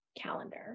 calendar